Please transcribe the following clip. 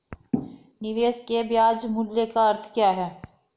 निवेश के ब्याज मूल्य का अर्थ क्या है?